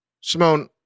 Simone